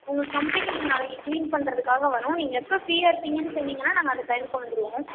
உங்கள் கம்பெனிக்கு நாளைக்கு க்ளீன் பண்ணுறதுக்காக வரோம் நீங்கள் எப்போ ஃப்ரீயாக இருப்பிங்க சொன்னிங்கனால் நாங்கள் அந்த டைமுக்கு வந்துடுவோம்